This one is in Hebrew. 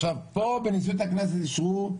עכשיו בנשיאות הכנסת אישרו רק